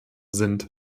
sind